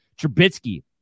Trubisky